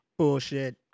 Bullshit